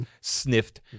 sniffed